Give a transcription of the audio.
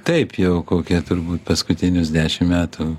taip jau kokie turbūt paskutinius dešim metų